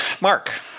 Mark